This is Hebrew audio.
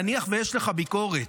נניח שיש לך ביקורת,